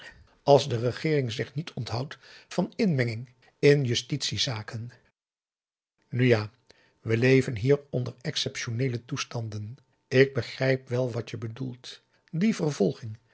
als de regeering zich niet onthoudt van inmenging in justitiezaken nu ja we leven hier onder exceptioneele toestanden ik begrijp wel wat je bedoelt die vervolging